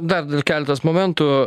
dar keletas momentų